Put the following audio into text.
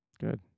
Good